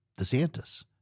DeSantis